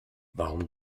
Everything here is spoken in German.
warum